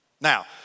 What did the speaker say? Now